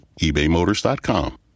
ebaymotors.com